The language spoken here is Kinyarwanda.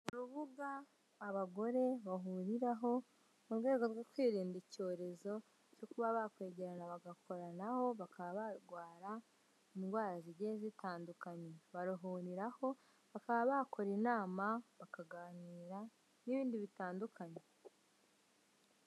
Urubuga abagore bahuriraho mu rwego rwo kwirinda icyorezo cyo kuba bakwegerana bagakoranaho bakaba barwara indwara zigiye zitandukanye. Baruhuho bakaba bakora inama, bakaganira n'ibindi bitandukanye.